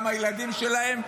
גם הילדים שלהם,